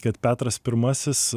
kad petras pirmasis